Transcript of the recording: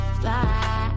fly